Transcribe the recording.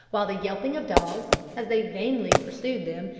while the yelping of dogs, as they vainly pursued them,